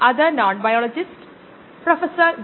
ഇത് 4 ആഴ്ച വ്യാപിച്ചു കിടക്കുന്ന mooc ന്റെ 10 ലെക്ചർസാണ്